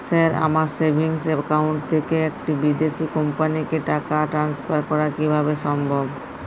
Sir আমার savings account থেকে একটি বিদেশি কোম্পানিকে টাকা ট্রান্সফার করা কীভাবে সম্ভব?